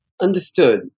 Understood